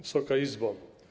Wysoka Izbo!